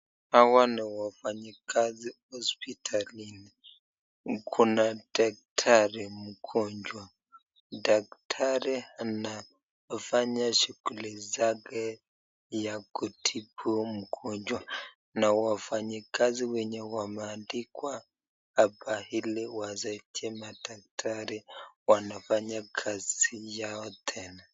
Hawa ni wafanyi kazi hospitalini kuna daktari, mgonjwa, daktari anafanya shughuli zake ya kutibbu mgonjwa na wafanyi kazi wenye wameandikwa hapa ili wasaidie madaktari wanafanya kazi yao tena.